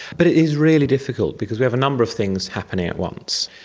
but it is really difficult because we have a number of things happening at once.